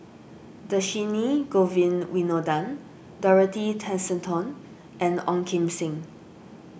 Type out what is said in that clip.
Dhershini Govin Winodan Dorothy Tessensohn and Ong Kim Seng